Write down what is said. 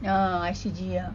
ah I_C_G ah